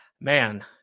Man